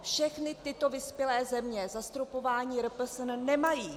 Všechny tyto vyspělé země zastropování RPSN nemají.